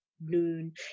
noon